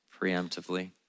preemptively